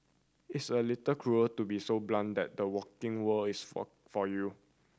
it's a little cruel to be so blunt that the working world is for for you